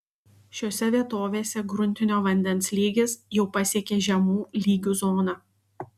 šiose vietovėse gruntinio vandens lygis jau pasiekė žemų lygių zoną